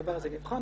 הדבר הזה נבחן.